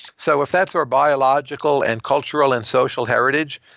so if that's our biological and cultural and social heritage,